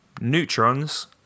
neutrons